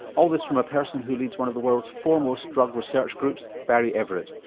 all this from a person who leads one of the world's foremost drug research groups, barry everitt.